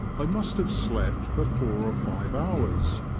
i must have slept for four or five hours,